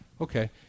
Okay